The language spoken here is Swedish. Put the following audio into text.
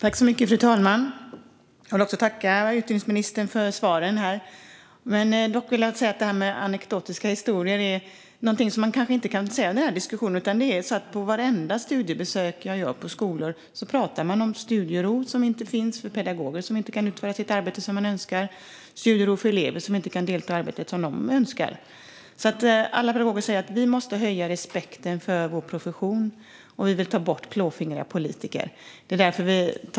Fru talman! Jag vill också tacka utbildningsministern för svaren. Men att kalla det för anekdotiska bevis passar nog inte i den här diskussionen. På vartenda studiebesök jag gör på skolor talar man om studiero som inte finns. Det finns ingen studiero för pedagogerna när de inte kan utföra sitt arbete, och det finns ingen studiero för eleverna när de inte kan delta i arbetet som de önskar. Alla pedagoger säger att man måste höja respekten för deras profession och att de vill ta bort klåfingriga politiker.